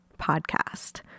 podcast